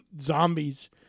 zombies